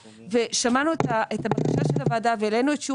שמענו את הבקשה של הוועדה והעלינו את שיעור